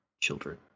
children